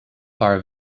paar